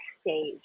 stage